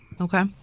okay